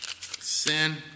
sin